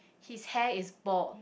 his hair is bald